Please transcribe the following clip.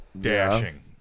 Dashing